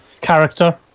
character